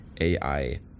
AI